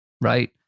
Right